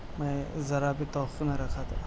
میں ذرا بھی توقع نہ رکھا تھا